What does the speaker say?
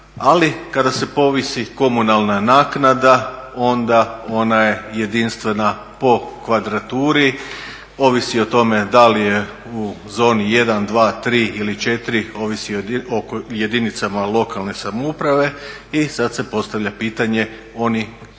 ali kada se povisi komunalna naknada onda ona je jedinstvena po kvadraturi, ovisi o tome da li je u zoni 1, 2, 3 ili 4, ovisi o jedinicama lokalne samouprave. I sad se postavlja pitanje oni koji